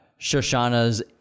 Shoshana's